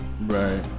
right